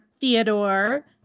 Theodore